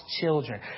children